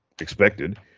expected